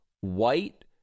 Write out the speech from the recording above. white